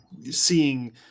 seeing